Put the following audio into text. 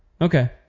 Okay